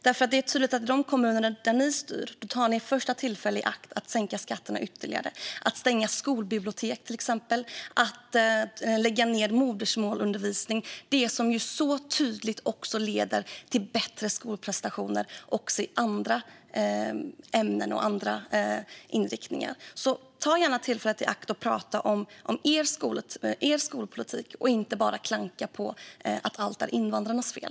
Det är tydligt att i de kommuner där ni styr tar ni tillfället i akt att sänka skatterna ytterligare och stänga skolbibliotek och lägga ned modersmålsundervisning som tydligt leder till bättre skolprestationer också i andra ämnen och i andra inriktningar. Ta gärna tillfället i akt och berätta om er skolpolitik i stället för att bara klanka på att allt är invandrarnas fel.